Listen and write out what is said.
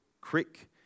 crick